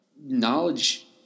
knowledge